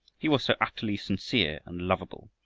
he was so utterly sincere and lovable,